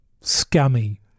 scummy